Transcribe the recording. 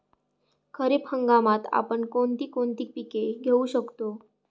खरीप हंगामात आपण कोणती कोणती पीक घेऊ शकतो?